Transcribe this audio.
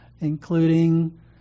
including